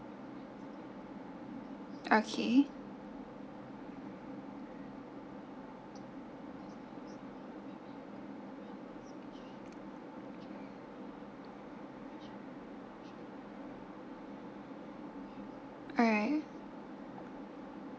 okay alright